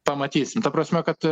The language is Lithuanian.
pamatysim ta prasme kad